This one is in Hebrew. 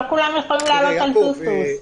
לא כולם יכולים לעלות על טוסטוס.